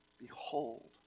behold